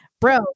bro